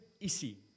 ici